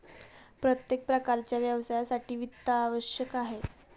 प्रत्येक प्रकारच्या व्यवसायासाठी वित्त आवश्यक आहे